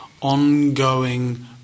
ongoing